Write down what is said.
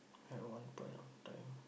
at one point of time